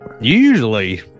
usually